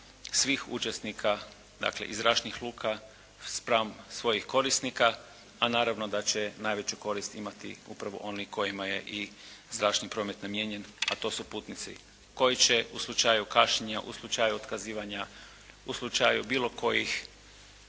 svih učesnika, dakle iz zračnih luka spram svojih korisnika, a naravno da će najveću korist imati upravo oni kojima je i zračni promet namijenjen, a to su putnici koji će u slučaju kašnjenja, u slučaju otkazivanja, u slučaju bilo kojih